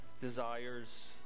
desires